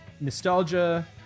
nostalgia